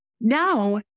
Now